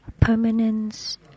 permanence